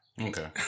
Okay